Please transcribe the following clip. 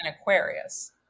aquarius